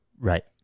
Right